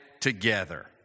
together